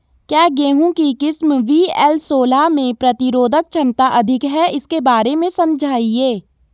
क्या गेहूँ की किस्म वी.एल सोलह में प्रतिरोधक क्षमता अधिक है इसके बारे में समझाइये?